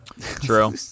True